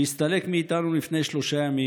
שהסתלק מאיתנו לפני שלושה ימים,